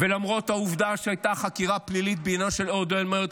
ולמרות העובדה שהייתה חקירה פלילית בעניינו של אהוד אולמרט,